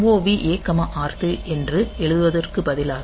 MOV A R3 என்று எழுதுவதற்கு பதிலாக